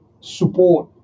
support